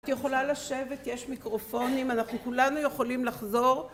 יכולה לשבת, יש מיקרופונים, אנחנו כולנו יכולים לחזור